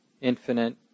infinite